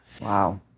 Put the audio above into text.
Wow